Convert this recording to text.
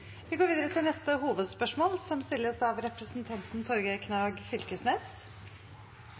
Vi går videre til neste hovedspørsmål.